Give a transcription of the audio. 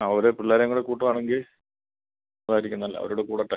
ആ ഓരേ പിള്ളേരേയും കൂടെ കൂട്ടുവാണെങ്കിൽ അതായിരിക്കും നല്ലത് അവരൂം കൂടെ കൂടട്ടെ